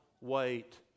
wait